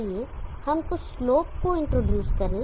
आइए हम कुछ स्लोप को इंट्रोड्यूस करें